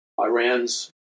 Iran's